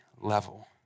level